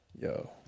Yo